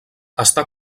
està